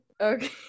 Okay